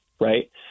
Right